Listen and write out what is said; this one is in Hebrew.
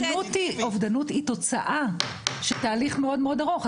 יודע אובדנות היא תוצאה של תהליך מאוד מאוד ארוך.